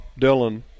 Dylan